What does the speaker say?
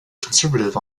conservative